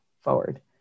forward